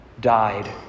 died